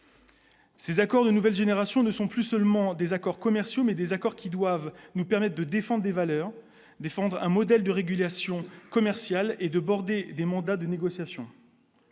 Ces accords de nouvelle génération ne sont plus seulement des accords commerciaux mais des accords qui doivent nous permettent de défend des valeurs défendre un modèle de régulation commerciale et de border des mandats de négociation.